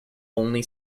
only